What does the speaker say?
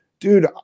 Dude